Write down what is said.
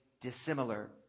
dissimilar